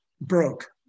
broke